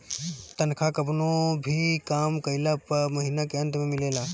तनखा कवनो भी काम कइला पअ महिना के अंत में मिलेला